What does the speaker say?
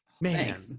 Man